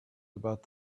about